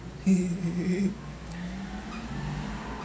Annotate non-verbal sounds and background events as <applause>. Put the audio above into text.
<laughs>